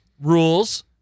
Rules